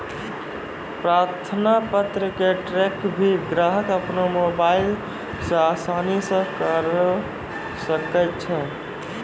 प्रार्थना पत्र क ट्रैक भी ग्राहक अपनो मोबाइल स आसानी स करअ सकै छै